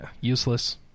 Useless